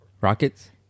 Rockets